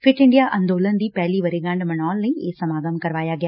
fit India ਅੰਦੋਲਨ ਦੀ ਪਹਿਲੀ ਵਰੇਗੰਢ ਮਨਾਉਣ ਲਈ ਇਹ ਸਮਾਗਮ ਕਰਾਇਆ ਗਿਆ